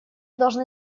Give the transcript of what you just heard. должны